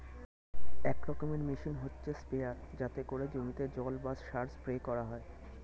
এক রকমের মেশিন হচ্ছে স্প্রেয়ার যাতে করে জমিতে জল বা সার স্প্রে করা যায়